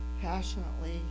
passionately